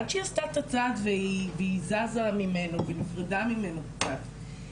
עד שהיא עשתה את הצעד והיא זזה ממנו והיא נפרדה ממנו כבר,